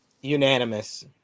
Unanimous